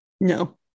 No